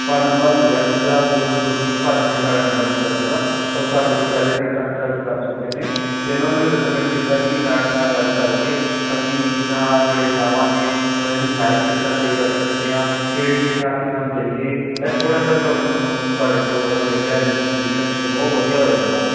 ਤੁਹਾਡਾ ਨੰਬਰ ਮਿਲਿਆ ਸੀਗਾ ਗੁਲਜ ਗੁਰਜੀਤ ਭਾਅ ਜੀ ਨੇ ਤੁਹਾਡਾ ਨੰਬਰ ਦਿੱਤਾ ਸੀਗਾ ਉਹ ਤੁਹਾਡੇ ਤੋਂ ਪਹਿਲੇ ਵੀ ਕੰਸਲਟ ਕਰ ਚੁੱਕੇ ਨੇ ਅਤੇ ਉਹਨਾਂ ਨੇ ਮੈਨੂੰ ਰਿਕਮੈਂਡ ਕੀਤਾ ਜੀ ਕਿ ਮੈਡਮ ਨਾਲ ਗੱਲ ਕਰਕੇ ਅਸੀਂ ਜਿੱਦਾਂ ਜਿਹੜੇ ਗਾਵਾਂ ਨੇ ਉਹਨਾਂ ਦੀ ਹੈਲਥ ਕਿੱਦਾਂ ਸਹੀ ਰੱਖ ਸਕਦੇ ਹਾਂ ਕਿਹੜੇ ਚੀਜ਼ਾਂ ਅਸੀਂ ਇਹਨਾਂ ਨੂੰ ਦੇਈਏ ਇਹ ਥੋੜ੍ਹਾ ਜਿਹਾ ਤੁਹਾਡਾ ਮੈਨੂੰ ਤੁਹਾਡੇ ਤੋਂ ਹੋਰ ਮਿਲ ਜਾਏ ਮੈਨੂੰ ਸੋਲੂਸ਼ਨ ਤਾਂ ਬਹੁਤ ਵਧੀਆ ਹੋਏਗਾ ਮੈਮ